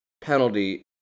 penalty